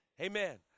Amen